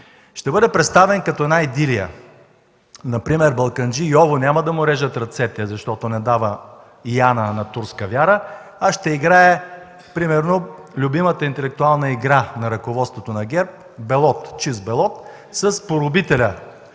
ще бъде представен като една идилия. Например Балканджи Йово няма да му режат ръцете, защото не дава Яна на турска вяра, а ще играе примерно любимата интелектуална игра на ръководството на ГЕРБ – белот, чист белот, с поробителя,